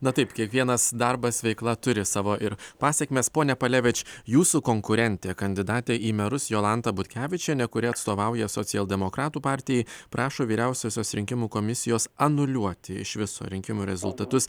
na taip kiekvienas darbas veikla turi savo ir pasekmės pone palevič jūsų konkurentė kandidatė į merus jolanta butkevičienė kuri atstovauja socialdemokratų partijai prašo vyriausiosios rinkimų komisijos anuliuoti iš viso rinkimų rezultatus